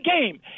game